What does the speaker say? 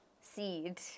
seed